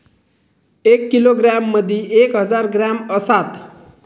एक किलोग्रॅम मदि एक हजार ग्रॅम असात